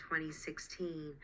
2016